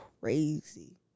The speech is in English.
crazy